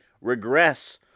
regress